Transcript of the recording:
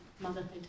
motherhood